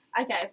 Okay